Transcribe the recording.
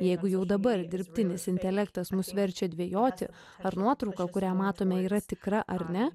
jeigu jau dabar dirbtinis intelektas mus verčia dvejoti ar nuotrauka kurią matome yra tikra ar ne